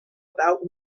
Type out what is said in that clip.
about